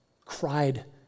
cried